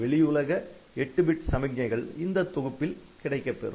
வெளியுலக 8 bit சமிக்ஞைகள் இந்தத் தொகுப்பில் கிடைக்கப்பெறும்